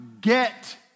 get